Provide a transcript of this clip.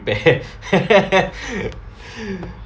bad